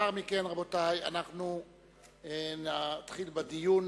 לאחר מכן, רבותי, נתחיל בדיון